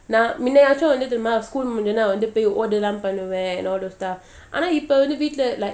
நான்முன்னையாச்சும்:nan munnayachum school முடிச்சவுடனேவந்துட்டு:mudichavudane vandhutu and all those stuff ஆனாஇப்பவந்து:ana ippa vandhu like